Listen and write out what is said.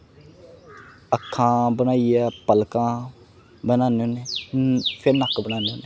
अक्खां बनाइयै पलकां बनाने होन्ने फिर नक्क बनाने होन्ने